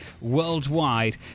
worldwide